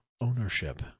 ownership